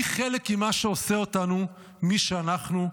הוא חלק ממה שעושה אותנו מי שאנחנו.